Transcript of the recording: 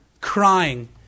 crying